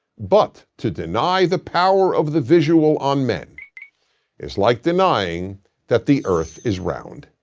but to deny the power of the visual on men is like denying that the earth is round.